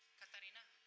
katherina,